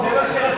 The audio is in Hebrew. זה מה שרצה,